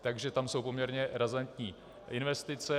Takže tam jsou poměrně razantní investice.